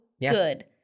good